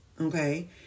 okay